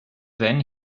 then